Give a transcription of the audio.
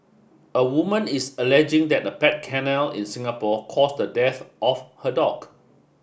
a woman is alleging that a pet kennel in Singapore caused the death of her dog